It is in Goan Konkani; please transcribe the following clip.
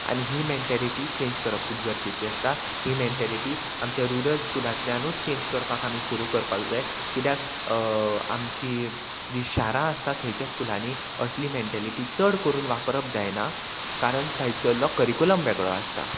आनी ही मेंटेलिटी चेंज करप खूब गरजेची आसता ही मेंटेलिटी आमच्या रुरल स्कुलांतल्यानूच चेंज करपाक आमी सुरू करपाक जाय किद्याक आमची जी शारां आसता थंयच्या स्कुलांनी असली मेंटेलिटी चड करून वापरप जायना कारण थंयसर लोक करिकुलम वेगळो आसता